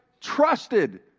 trusted